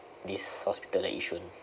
this hospital at yishun